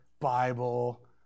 Bible